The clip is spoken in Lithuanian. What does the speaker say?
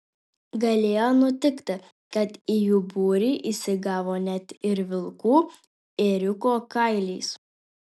galėjo nutikti kad į jų būrį įsigavo net ir vilkų ėriuko kailiais